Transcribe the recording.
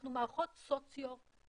אנחנו מערכות סוציו-טכנולוגיות.